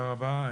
תודה רבה.